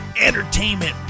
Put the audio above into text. entertainment